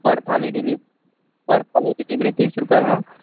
पर थाली पर थाली डिलीवरी तीस रुपए है